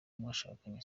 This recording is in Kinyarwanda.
mwashakanye